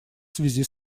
связи